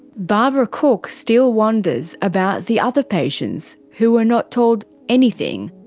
barbara cook still wonders about the other patients who were not told anything.